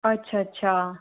अच्छा अच्छा